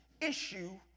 issue